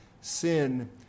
sin